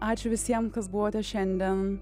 ačiū visiem kas buvote šiandien